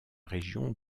région